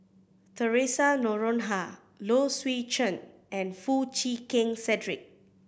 Theresa Noronha Low Swee Chen and Foo Chee Keng Cedric